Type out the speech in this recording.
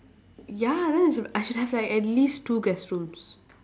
ya that is I should have like at least two guestrooms